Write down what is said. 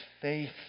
faith